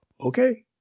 Okay